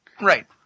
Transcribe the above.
Right